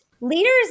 Leaders